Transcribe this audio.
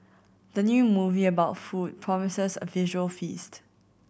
the new movie about food promises a visual feast